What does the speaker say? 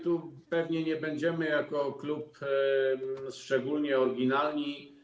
Tu pewnie nie będziemy jako klub szczególnie oryginalni.